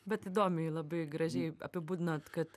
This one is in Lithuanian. bet įdomiai labai gražiai apibūdinot kad